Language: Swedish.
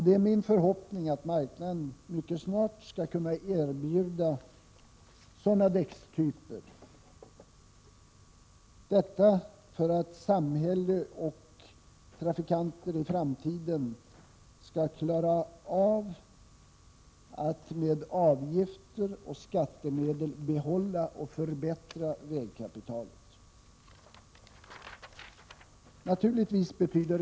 Det är min förhoppning att marknaden mycket snart skall kunna erbjuda andra däckstyper, för att samhälle och trafikanter i framtiden skall klara av att behålla och förbättra vägkapitalet med hjälp av avgifter och skattemedel.